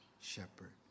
shepherd